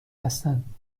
هستند